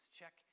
check